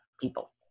people